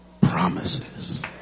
promises